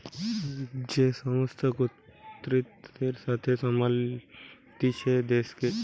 যে সংস্থা কর্তৃত্বের সাথে সামলাতিছে দেশকে